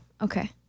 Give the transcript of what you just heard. Okay